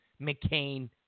McCain